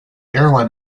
airline